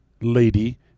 lady